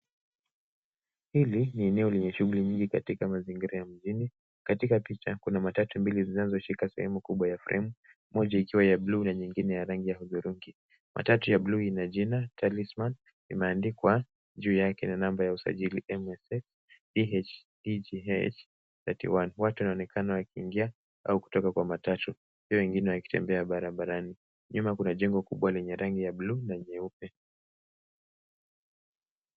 Hili ni eneo lenye shughuli nyingi katika mazingira ya mjini. Katika picha kuna matatu mbili zinazoshika sehemu kubwa ya fremu moja ikiwa ya buluu na nyingine ya rangi ya hudhurungi. Matatu ya buluu ina jina Talisman imeandikwa juu yake na namba ya usajili MSH EHEGH31. Watu wanaonekana wakiingia au kutoka kwa matatu pia wengine wakitembea barabarani.